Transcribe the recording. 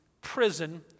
Prison